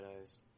eyes